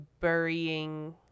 burying